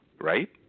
right